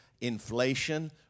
inflation